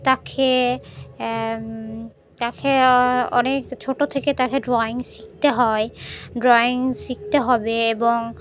তাকে তাকে অনেক ছোটো থেকে তাকে ড্রয়িং শিখতে হয় ড্রয়িং শিখতে হবে এবং